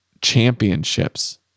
Championships